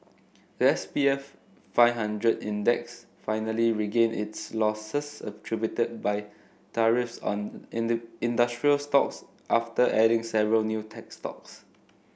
the S P F five hundred Index finally regained its losses attributed by tariffs on industrial stocks after adding several new tech stocks